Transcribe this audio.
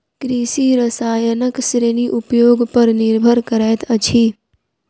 कृषि रसायनक श्रेणी उपयोग पर निर्भर करैत अछि